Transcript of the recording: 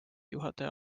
juhataja